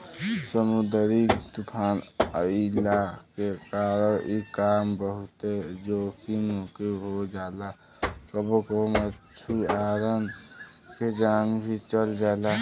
समुंदरी तूफ़ान अइला के कारण इ काम बहुते जोखिम के हो जाला कबो कबो मछुआरन के जान भी चल जाला